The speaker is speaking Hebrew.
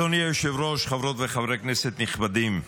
אדוני היושב-ראש, חברות וחברי כנסת נכבדים,